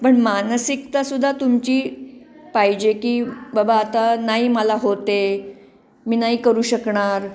पण मानसिकता सुद्धा तुमची पाहिजे की बाबा आता नाही मला होत आहे मी नाही करू शकणार